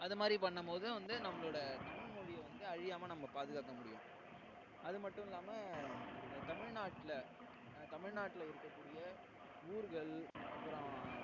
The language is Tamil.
அதை மாதிரி பண்ணும்போது வந்து நம்மளோட தமிழ் மொழியை வந்து அழியாமல் நம்ம பாதுக்காக்க முடியும் அது மட்டும் இல்லாமல் தமிழ்நாட்டில் தமிழ்நாட்டில் இருக்கக்கூடிய ஊர்கள் அப்புறம்